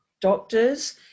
doctors